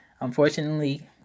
unfortunately